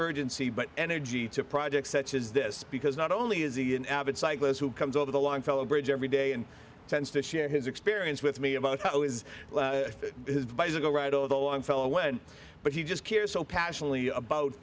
urgency but energy to projects such as this because not only is he an avid cyclist who comes over the longfellow bridge every day and tends to share his experience with me about is his bicycle right although i fell away but he just cares so passionately about